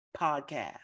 podcast